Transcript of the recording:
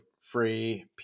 free